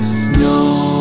snow